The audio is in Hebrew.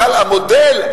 בכלל המודל,